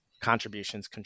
contributions